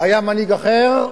היה מנהיג אחר,